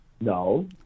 No